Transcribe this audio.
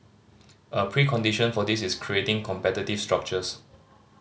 a precondition for this is creating competitive structures